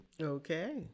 Okay